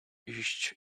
iść